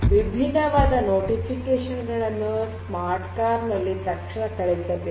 ವಿಭಿನ್ನವಾದ ಅಧಿಸೂಚನೆಗಳನ್ನು smart car ನಲ್ಲಿ ತಕ್ಷಣ ಕಳುಹಿಸಬೇಕು